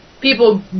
people